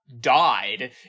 died